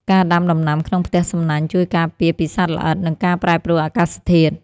ការដាំដំណាំក្នុងផ្ទះសំណាញ់ ជួយការពារពីសត្វល្អិត និងការប្រែប្រួលអាកាសធាតុ។